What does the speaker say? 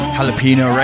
Jalapeno